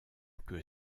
que